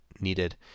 needed